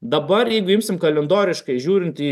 dabar jeigu imsim kalendoriškai žiūrint į